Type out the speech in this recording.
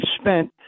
spent